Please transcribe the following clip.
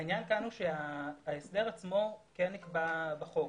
העניין כאן הוא שההסדר עצמו כן נקבע בחוק.